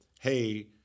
hey –